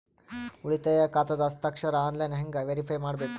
ಉಳಿತಾಯ ಖಾತಾದ ಹಸ್ತಾಕ್ಷರ ಆನ್ಲೈನ್ ಹೆಂಗ್ ವೇರಿಫೈ ಮಾಡಬೇಕು?